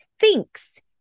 thinks